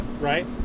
right